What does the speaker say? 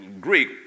Greek